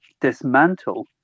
dismantle